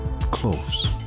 close